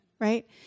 right